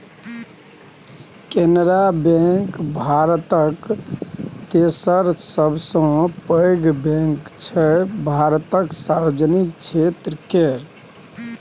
Canara bank भारतक तेसर सबसँ पैघ बैंक छै भारतक सार्वजनिक क्षेत्र केर